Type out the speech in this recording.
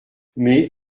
mais